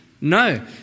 No